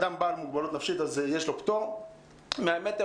לאדם עם מוגבלות נפשית יש פטור מ-100 מטר,